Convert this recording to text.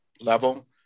level